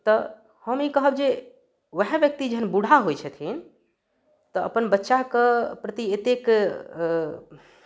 तऽ हम ई कहब जे उएह व्यक्ति जखन बूढ़ा होइत छथिन तऽ अपन बच्चाके प्रति एतेक